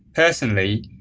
personally,